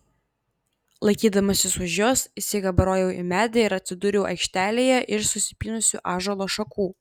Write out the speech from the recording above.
laikydamasis už jos įsikabarojau į medį ir atsidūriau aikštelėje iš susipynusių ąžuolo šakų